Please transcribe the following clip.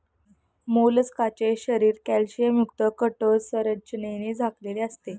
मोलस्काचे शरीर कॅल्शियमयुक्त कठोर संरचनेने झाकलेले असते